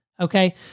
Okay